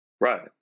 Right